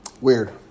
Weird